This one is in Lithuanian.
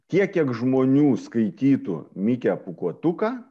tiek kiek žmonių skaitytų mikę pūkuotuką